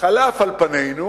חלף על פנינו.